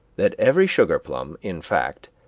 that every sugarplum, in fact,